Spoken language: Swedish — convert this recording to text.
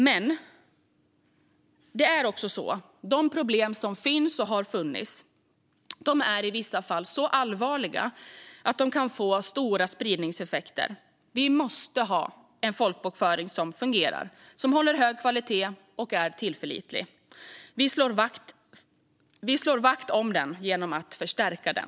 Men de problem som finns och har funnits är i vissa fall så allvarliga att de kan få stora spridningseffekter. Vi måste ha en folkbokföring som fungerar, håller hög kvalitet och är tillförlitlig. Vi slår vakt om den genom att förstärka den.